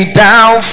down